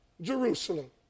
Jerusalem